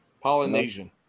Polynesian